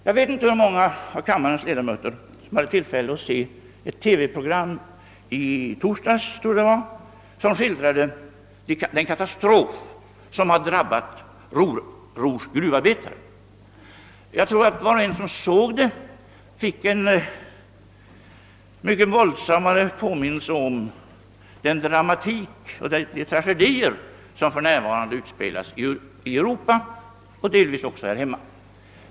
Jag vet inte hur många av kammarens ledamöter som hade tillfälle att se ett TV-program — jag tror det var i torsdags — som skildrade den katastrof som drabbat Ruhrområdets gruvarbetare. Säkerligen fick var och en som såg detta program en mycket våldsam påminnelse om den dramatik och de tragidier som för närvarande utspelas i Europa och delvis också här hemma.